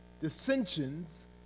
dissensions